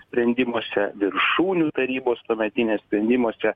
sprendimuose viršūnių tarybos tuometinės sprendimuose